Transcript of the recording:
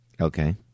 Okay